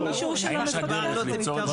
גם אישור של המפקח לא פתרון.